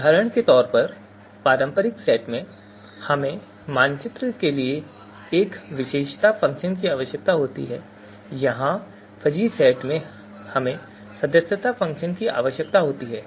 उदाहरण के लिए पारंपरिक सेट सिद्धांत में हमें मानचित्रण के लिए एक विशेषता फ़ंक्शन की आवश्यकता होती है और यहां फ़ज़ी सेट में हमें सदस्यता फ़ंक्शन की आवश्यकता होती है